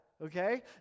Okay